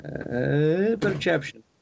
Perception